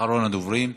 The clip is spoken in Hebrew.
אחרון הדוברים.